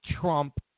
Trump